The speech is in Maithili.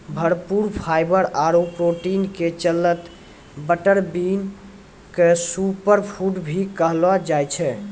भरपूर फाइवर आरो प्रोटीन के चलतॅ बटर बीन क सूपर फूड भी कहलो जाय छै